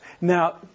Now